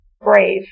Brave